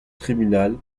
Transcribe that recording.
tribunal